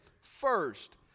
first